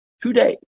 today